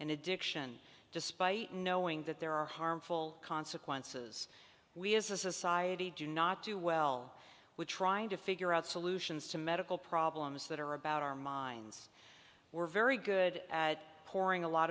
and addiction despite knowing that there are harmful consequences we as a society do not do well with trying to figure out solutions to medical problems that are about our minds we're very good at pouring a lot